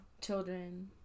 Children